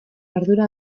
ardura